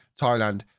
thailand